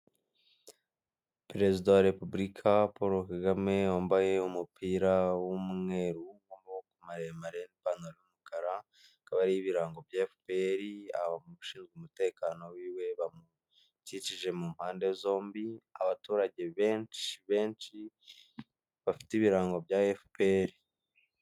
Perezida wa repuburika Paul Kagame wambaye umupira w'umweru wa maboko maremare , ipantaro y'umukara .hakaba hariho ibirango bya efuperi ( FPR) abashinzwe umutekano wiwe bamukikije mu mpande zombi ,abaturage benshi benshi bafite ibirango bya efuperi (FPR).